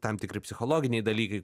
tam tikri psichologiniai dalykai